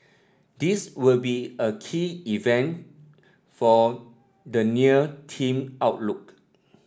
this will be a key event for the near team outlook